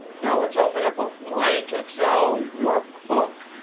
now let's open up a blank excel workbook.